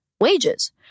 wages